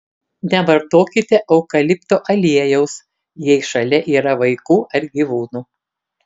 nevartokite eukalipto aliejaus jei šalia yra vaikų ar gyvūnų